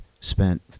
spent